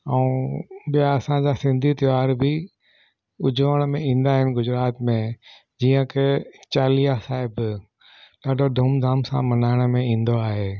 ऐं ॿिया असांजा सिंधी त्योहार बि उजवण में ईंदा आहिनि गुजरात में जीअं की चालीहा साहिब ॾाढो धूम धाम सां मञाइण में ईंदो आहे